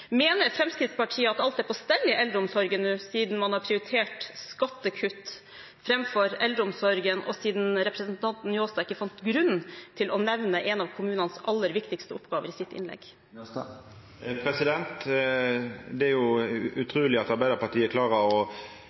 Mener Fremskrittspartiet at alt er på stell i eldreomsorgen, siden man har prioritert skattekutt framfor eldreomsorg, og siden representanten Njåstad ikke fant grunn til å nevne en av kommunenes aller viktigste oppgaver i sitt innlegg? Det er utruleg at Arbeidarpartiet klarar å